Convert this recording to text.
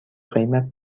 قیمت